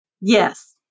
Yes